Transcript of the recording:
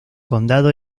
condado